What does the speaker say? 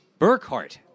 Burkhart